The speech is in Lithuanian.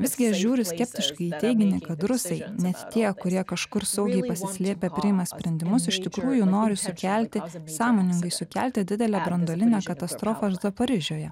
visgi aš žiūriu skeptiškai į teiginį kad rusai net tie kurie kažkur saugiai pasislėpę priima sprendimus iš tikrųjų nori sukelti sąmoningai sukelti didelę branduolinę katastrofą zaporižėje